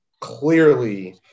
clearly